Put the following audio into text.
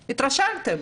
התרשלתם.